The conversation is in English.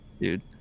dude